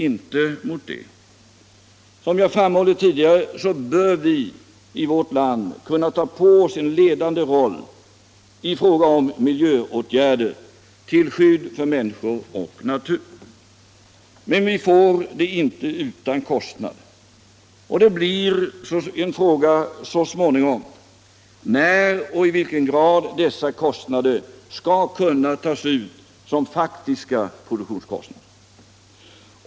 Som jag tidigare framhållit bör vi i vårt land kunna ta på oss en ledande roll i fråga om miljöåtgärder, till skydd för människor och natur. Men vi får det inte utan kostnader, och så småningom uppstår frågan när och i vilken grad dessa kostnader kan tas ut som faktiska produktionskostnader.